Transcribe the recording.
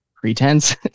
pretense